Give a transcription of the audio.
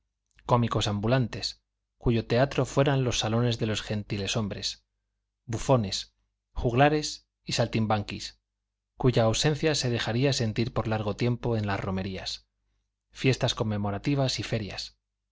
cómicos ambulantes cuyo teatro fueran los salones de los gentileshombres bufones juglares y saltimbanquis cuya ausencia se dejaría sentir por largo tiempo en las romerías fiestas conmemorativas y ferias